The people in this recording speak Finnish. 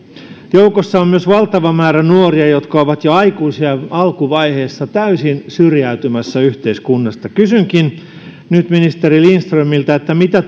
joukossa on myös valtava määrä nuoria jotka ovat jo aikuisiän alkuvaiheessa täysin syrjäytymässä yhteiskunnasta kysynkin nyt ministeri lindströmiltä mitä